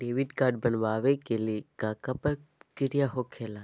Debit card बनवाने के का प्रक्रिया होखेला?